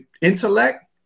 intellect